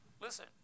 Listen